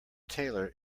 tailor